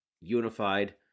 unified